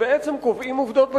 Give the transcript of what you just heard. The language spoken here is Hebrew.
שבעצם קובעים עובדות בשטח,